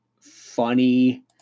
funny